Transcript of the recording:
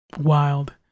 Wild